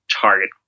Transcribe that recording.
target